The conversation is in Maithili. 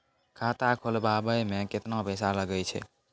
खाता खोलबाबय मे केतना पैसा लगे छै?